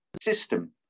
system